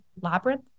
Labyrinth